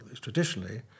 traditionally